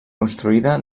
construïda